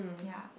ya